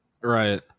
Right